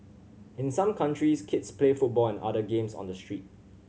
in some countries kids play football and other games on the street